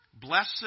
Blessed